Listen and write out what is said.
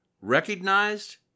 recognized